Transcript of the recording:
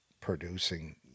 producing